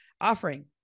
offering